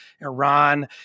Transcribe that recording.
Iran